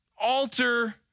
alter